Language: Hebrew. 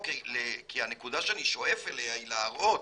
כי הנקודה שאני שואף אליה היא להראות,